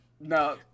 no